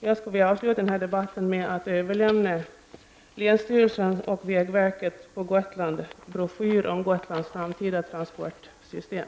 Jag skulle vilja avsluta denna debatt med att överlämna en broschyr från länsstyrelsen och vägverket på Gotland om Gotlands framtida transportsystem.